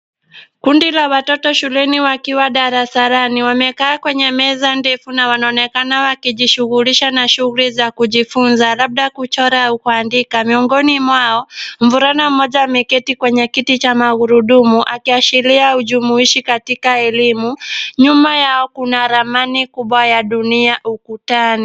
Kundi la watoto shuleni wakiwa darasani, wamekaa kwenye meza ndefu na wanaonekana wakijishugulisha na shuguli za kujifunza labda kuchora au kuandika, miongoni mwao mvulana mmoja ameketi kwenye kiti cha magurudumu akiashiria ujumuishi katika elimu, nyuma yao kuna ramani kibw ya dunia ukutani.